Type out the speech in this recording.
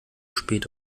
spät